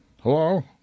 Hello